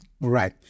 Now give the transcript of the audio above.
Right